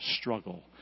struggle